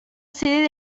sede